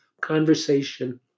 conversation